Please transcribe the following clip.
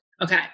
Okay